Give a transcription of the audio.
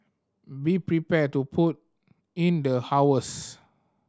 be prepared to put in the hours